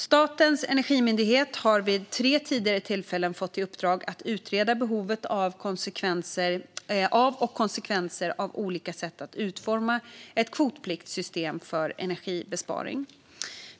Statens energimyndighet har vid tre tidigare tillfällen fått i uppdrag att utreda behovet av och konsekvenser av olika sätt att utforma ett kvotpliktssystem för energibesparing.